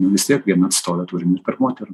vis tiek vieną atstovę turim ir tarp moterų